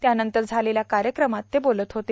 त्यानंतर झालेल्या कायक्रमात ते बोलत होते